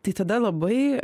tai tada labai